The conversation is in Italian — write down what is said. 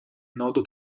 nodo